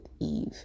Eve